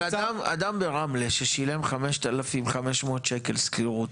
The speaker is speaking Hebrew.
אדם ברמלה ששילם 5,500 שקלים שכירות,